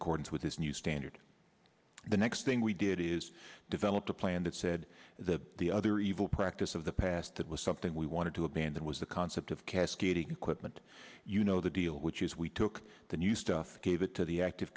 accordance this new standard the next thing we did is develop a plan that said that the other evil practice of the past that was something we wanted to abandon was the concept of cascading equipment you know the deal which is we took the new stuff gave it to the active